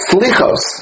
Slichos